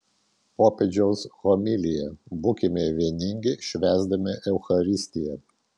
popiežiaus homilija būkime vieningi švęsdami eucharistiją